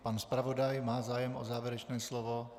Pan zpravodaj má zájem o závěrečné slovo?